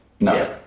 No